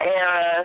era